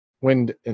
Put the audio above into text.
wind